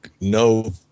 no